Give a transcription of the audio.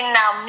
now